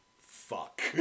fuck